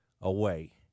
away